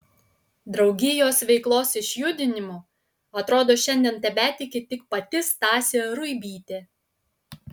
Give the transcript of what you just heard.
draugijos veiklos išjudinimu atrodo šiandien tebetiki tik pati stasė ruibytė